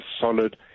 solid